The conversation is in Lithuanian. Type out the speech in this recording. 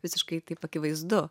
visiškai taip akivaizdu